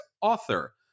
Author